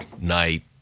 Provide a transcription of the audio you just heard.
night